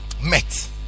met